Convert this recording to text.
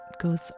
goes